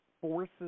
forces